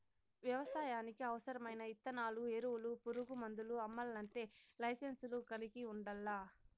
వ్యవసాయానికి అవసరమైన ఇత్తనాలు, ఎరువులు, పురుగు మందులు అమ్మల్లంటే లైసెన్సును కలిగి ఉండల్లా